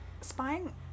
spying